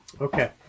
Okay